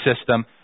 system